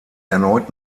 erneut